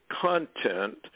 content